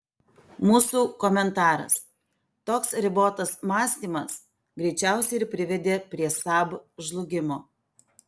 mūsų komentaras toks ribotas mąstymas greičiausiai ir privedė prie saab žlugimo